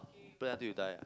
put until you die ah